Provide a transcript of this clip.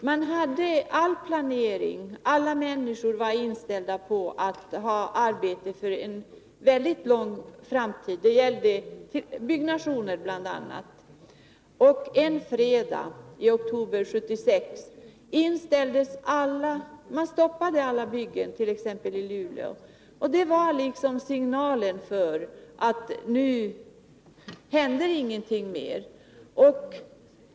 Man hade all planering klar, och alla människor var inställda på att ha arbete för mycket lång tid framåt. Det gällde bl.a. byggnationen. En fredag i november 1976 stoppade man alla byggen t.ex. i Luleå. Det var liksom signalen: nu händer ingenting mer.